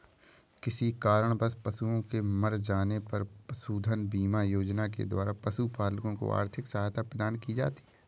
किसी कारणवश पशुओं के मर जाने पर पशुधन बीमा योजना के द्वारा पशुपालकों को आर्थिक सहायता प्रदान की जाती है